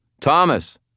Thomas